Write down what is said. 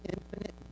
infinite